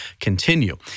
continue